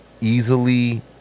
easily